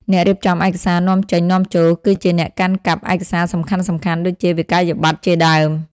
អ្នករៀបចំឯកសារនាំចេញ-នាំចូល គឺជាអ្នកកាន់កាប់ឯកសារសំខាន់ៗដូចជា វិក័យប័ត្រ ជាដើម។